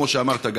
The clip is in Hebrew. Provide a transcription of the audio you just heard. כמו שאמרת,